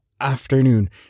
Afternoon